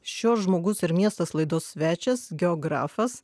šios žmogus ar miestas laidos svečias geografas